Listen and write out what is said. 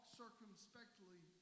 circumspectly